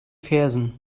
fersen